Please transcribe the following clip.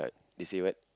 they say what